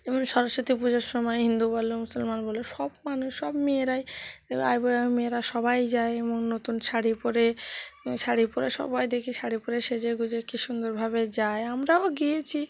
যেমন সরস্বতী পুজোর সময় হিন্দু বলো মুসলমান বলো সব মানুষ সব মেয়েরাই যেমন আইবুড়ো মেয়েরা সবাই যায় এমন নতুন শাড়ি পরে শাড়ি পরে সবাই দেখি শাড়ি পরে সেজে গুজে কী সুন্দরভাবে যায় আমরাও গিয়েছি